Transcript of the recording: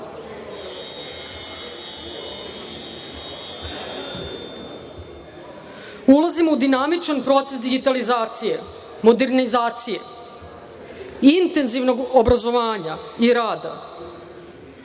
Ulazimo u dinamičan proces digitalizacije, modernizacije i intenzivnog obrazovanja i rada,